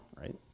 right